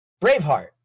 Braveheart